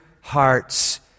hearts